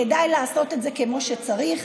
כדאי לעשות את זה כמו שצריך.